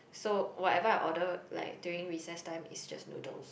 so whatever I ordered like during recess time it's just noodles